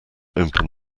open